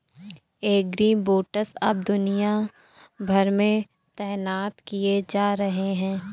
agribots अब दुनिया भर में तैनात किए जा रहे हैं